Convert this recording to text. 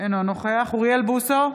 אינו נוכח אוריאל בוסו,